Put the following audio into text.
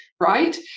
Right